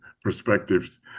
perspectives